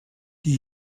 die